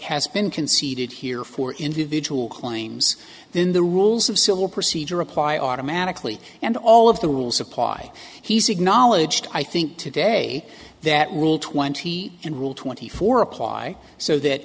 has been conceded here for individual claims then the rules of civil procedure apply automatically and all of the rules apply he's acknowledged i think today that rule twenty and rule twenty four apply so that